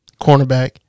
cornerback